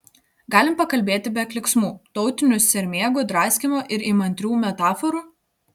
galim pakalbėti be klyksmų tautinių sermėgų draskymo ir įmantrių metaforų